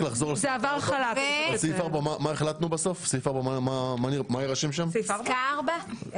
מה החלטנו בסוף לגבי סעיף (4)?